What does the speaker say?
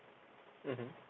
mmhmm